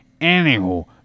Anywho